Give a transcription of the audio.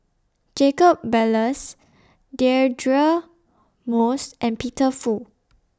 Jacob Ballas Deirdre Moss and Peter Fu